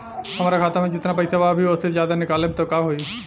हमरा खाता मे जेतना पईसा बा अभीओसे ज्यादा निकालेम त का होई?